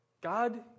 God